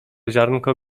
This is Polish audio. ziarnko